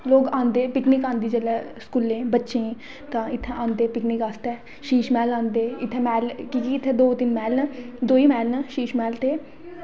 लोक आंदे पिकनिक आंदे जेल्लै स्कूलें बच्चें ई तां इत्थें आंदे पिकनिक आस्तै शीशमहल आंदे की जे इत्थें दौ तीन मैह्ल न दौ ई मैह्ल न शीशमहल ते